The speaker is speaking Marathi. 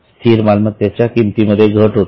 स्थिर मालमत्तेच्या किमतीमध्ये घट होते